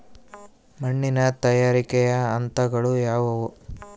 ಮಣ್ಣಿನ ತಯಾರಿಕೆಯ ಹಂತಗಳು ಯಾವುವು?